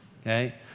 okay